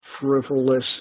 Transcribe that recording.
frivolous